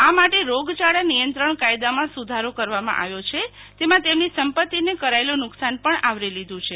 આ માટે રોગચાળાના નિયંત્રણ કાયદામાં સુધારો કરવામાં આવ્યો છે તેમાં તેમની સંપત્તિને કરાયેલું નુકશાન પણ આવરી લીધું છે